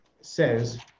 says